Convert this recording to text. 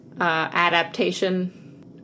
adaptation